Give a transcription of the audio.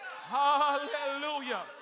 Hallelujah